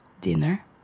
Dinner